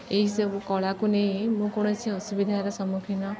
ଏହିସବୁ କଳାକୁ ନେଇ ମୁଁ କୌଣସି ଅସୁବିଧାର ସମ୍ମୁଖୀନ